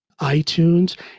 iTunes